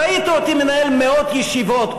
ראית אותי מנהל מאות ישיבות,